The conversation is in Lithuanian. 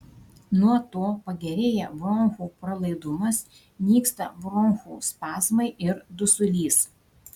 nuo to pagerėja bronchų pralaidumas nyksta bronchų spazmai ir dusulys